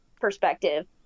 perspective